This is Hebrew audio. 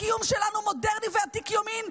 הקיום שלנו מודרני ועתיק יומין,